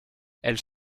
elles